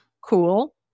cool